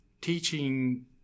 teaching